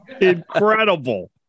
Incredible